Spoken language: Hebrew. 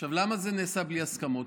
עכשיו, למה זה נעשה בלי הסכמות?